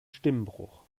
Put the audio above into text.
stimmbruch